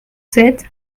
sept